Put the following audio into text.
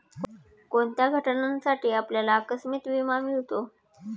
कोणत्या घटनांसाठी आपल्याला आकस्मिक विमा मिळतो?